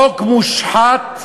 חוק מושחת,